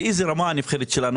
באיזה רמה הנבחרת שלנו,